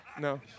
No